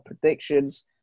predictions